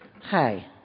Hi